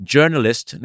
Journalist